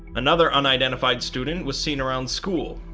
another unidentified student was seen around school,